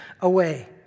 away